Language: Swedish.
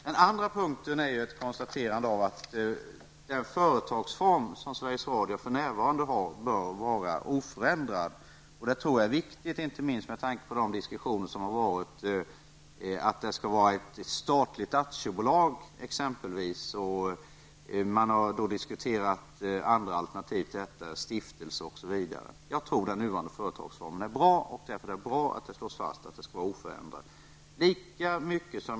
Den andra punkten är ett konstaterande av att den företagsform som Sveriges Radio för närvarande har bör vara oförändrad. Det tror jag är viktigt inte minst med tanke på de diskussioner som har varit om att det t.ex. skulle vara ett statligt aktiebolag, eller en stiftelse eller andra alternativ. Jag tror den nuvarande företagsformen är bra. Därför är det bra att det slås fast att den skall vara oförändrad.